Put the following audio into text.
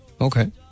okay